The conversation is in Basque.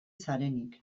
zarenik